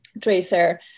Tracer